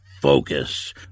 focus